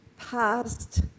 past